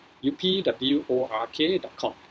U-P-W-O-R-K.com